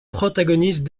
protagonistes